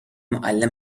معلم